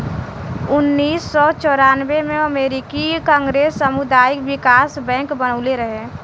उनऽइस सौ चौरानबे में अमेरिकी कांग्रेस सामुदायिक बिकास बैंक बनइले रहे